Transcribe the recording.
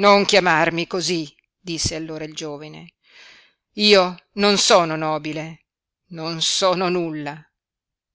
non chiamarmi cosí disse allora il giovine io non sono nobile non sono nulla